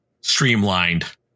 streamlined